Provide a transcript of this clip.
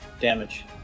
damage